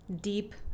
deep